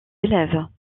élèves